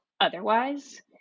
otherwise